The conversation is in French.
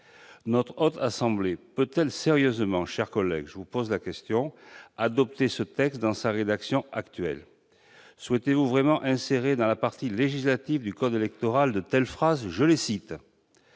Notre Haute Assemblée peut-elle sérieusement, chers collègues, adopter ce texte dans sa rédaction actuelle ? Souhaitez-vous vraiment insérer dans la partie législative du code électoral de telles phrases :« À la suite